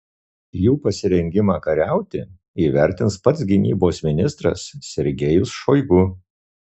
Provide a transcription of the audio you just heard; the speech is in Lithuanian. jų pasirengimą kariauti įvertins pats gynybos ministras sergejus šoigu